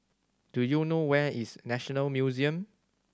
do you know where is National Museum